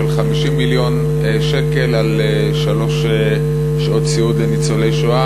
של 50 מיליון שקל לשלוש שעות סיעוד לניצולי שואה.